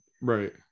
right